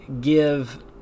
give